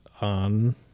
on